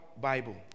Bible